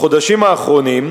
בחודשים האחרונים,